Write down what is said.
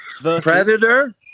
Predator